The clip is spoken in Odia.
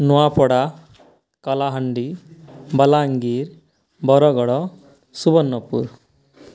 ନୂଆପଡ଼ା କଳାହାଣ୍ଡି ବଲାଙ୍ଗୀର ବରଗଡ଼ ସୁବର୍ଣ୍ଣପୁର